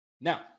Now